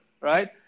right